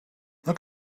look